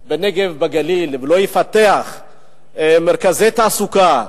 בנגב, בגליל, לא יפתח מרכזי תעסוקה,